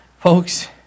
Folks